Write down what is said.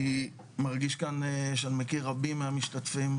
אני מרגיש כאן שאני מכיר רבים מהמשתתפים,